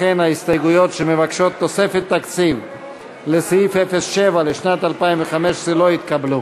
לכן ההסתייגויות שמבקשות תוספת תקציב לסעיף 07 לשנת 2015 לא התקבלו.